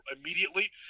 immediately